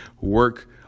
work